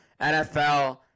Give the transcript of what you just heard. NFL